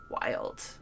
wild